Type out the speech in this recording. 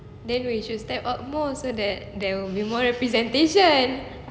then we should step up more so that there will be more representation